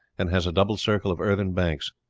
and has a double circle of earthen banks.